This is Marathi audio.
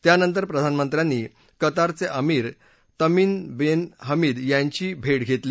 त्यानंतर प्रधानमंत्र्यांनी कतारचे अमीर तमीनबिन हमीद यांची भेट घेतली